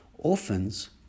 Orphans